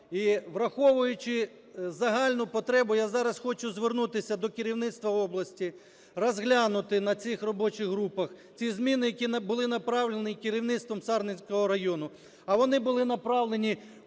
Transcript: І враховуючи загальну потребу, я зараз хочу звернутися до керівництва області, розглянути на цих робочих групах ці зміни, які були направлені керівництвом Сарненського району, а вони були направлені